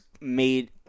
made